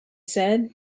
said